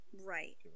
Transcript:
Right